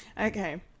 Okay